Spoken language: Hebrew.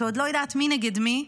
שעוד לא יודעת מי נגד מי,